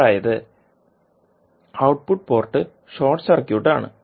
അതായത് output port short circuit ആണ്